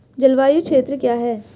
जलवायु क्षेत्र क्या है?